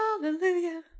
Hallelujah